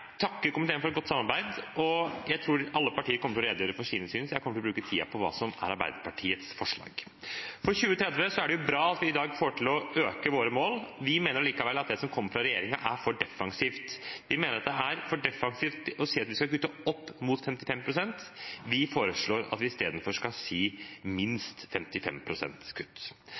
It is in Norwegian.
jeg tror alle partier kommer til å redegjøre for sitt syn, så jeg kommer til å bruke tiden på hva som er Arbeiderpartiets forslag. For 2030 er det bra at vi i dag får til å øke våre mål. Vi mener likevel at det som kommer fra regjeringen, er for defensivt. Vi mener at det er for defensivt å si at vi skal kutte opp mot 55 pst., vi foreslår at vi i stedet skal si minst 55 pst. kutt.